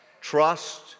trust